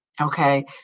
Okay